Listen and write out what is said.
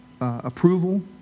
approval